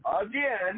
again